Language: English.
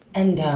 and um,